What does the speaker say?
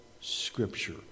scripture